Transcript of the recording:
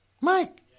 Mike